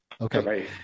Okay